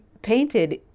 painted